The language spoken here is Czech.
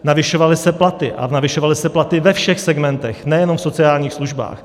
Navyšovaly se platy, a navyšovaly se platy ve všech segmentech, nejenom v sociálních službách.